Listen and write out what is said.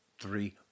three